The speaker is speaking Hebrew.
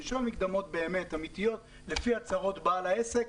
אני חושב על מקדמות רציניות לפי הצהרת בעל העסק.